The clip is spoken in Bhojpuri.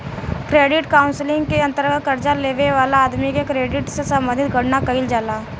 क्रेडिट काउंसलिंग के अंतर्गत कर्जा लेबे वाला आदमी के क्रेडिट से संबंधित गणना कईल जाला